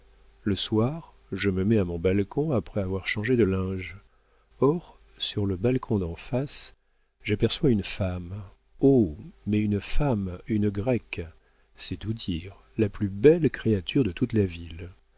le soir je me mets à mon balcon après avoir changé de linge or sur le balcon d'en face j'aperçois une femme oh mais une femme une grecque c'est tout dire la plus belle créature de toute la ville